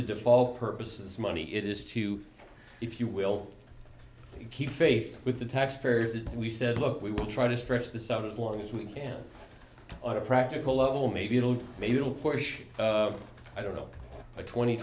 a default purposes money it is to if you will keep faith with the taxpayers that we said look we will try to stretch this out as long as we can on a practical level maybe it'll maybe it'll push i don't know twenty